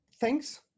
thanks